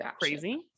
crazy